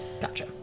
Gotcha